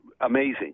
amazing